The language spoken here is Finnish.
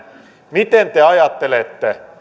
miten te ajattelette